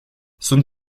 sunt